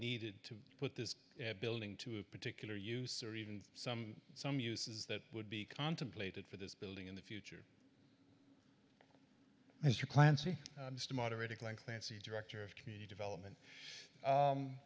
needed to put this building to a particular use or even some some uses that would be contemplated for this building in the future mr clancy to moderate it like clancy director of community development